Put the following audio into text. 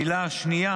העילה השנייה